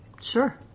Sure